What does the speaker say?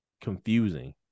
confusing